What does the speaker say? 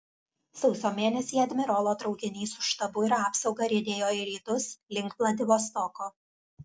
sausio mėnesį admirolo traukinys su štabu ir apsauga riedėjo į rytus link vladivostoko